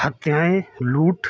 हत्याएं लूट